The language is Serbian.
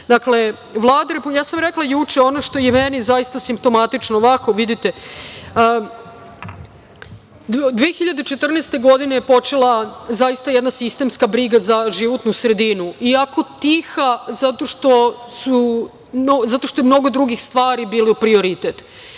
Dakle, ja sam rekla juče, ono što je zaista meni simptomatično, ovako vidite, godine 2014. je počela zaista jedna sistemska briga za životnu sredinu, iako tiha zato što je mnogo drugih stvari bilo prioritet